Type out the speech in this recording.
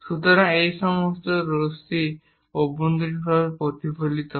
সুতরাং এই সমস্ত রশ্মি অভ্যন্তরীণভাবে প্রতিফলিত হয়